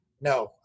no